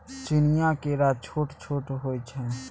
चीनीया केरा छोट छोट होइ छै